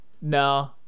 No